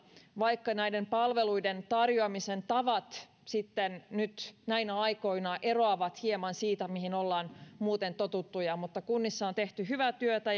vaikka näiden palveluiden tarjoamisen tavat nyt näinä aikoina eroavat hieman siitä mihin ollaan muuten totuttuja mutta kunnissa on tehty hyvää työtä